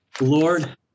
Lord